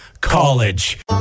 College